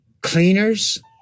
cleaners